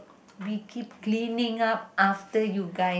we keep cleaning up after you guys